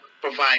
provide